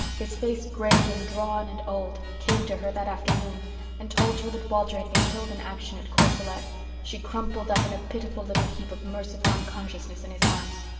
his face grey and drawn and old, came to her that afternoon and told her that walter had been killed in action at courcelette she crumpled up in a pitiful little heap of merciful unconsciousness in his arms.